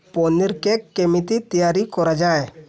paneer cake କେମିତି ତିଆରି କରାଯାଏ